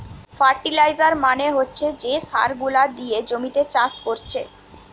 fertiliser মানে হচ্ছে যে সার গুলা দিয়ে জমিতে চাষ কোরছে